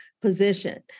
position